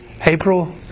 April